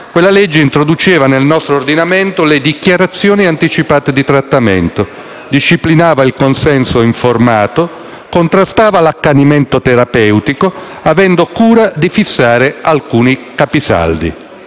d'arrivo, introduceva nel nostro ordinamento le dichiarazioni anticipate di trattamento, disciplinava il consenso informato, contrastava l'accanimento terapeutico, avendo cura di fissare alcuni capisaldi: